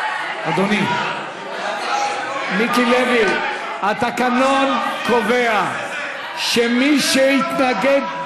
אדוני, מיקי לוי, התקנון קובע שמי שהתנגד,